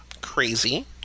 Crazy